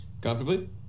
Comfortably